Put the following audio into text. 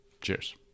Cheers